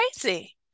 crazy